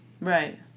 Right